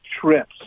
trips